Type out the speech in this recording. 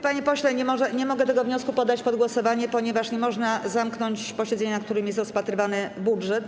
Panie pośle, nie mogę poddać tego wniosku pod głosowanie, ponieważ nie można zamknąć posiedzenia, na którym jest rozpatrywany budżet.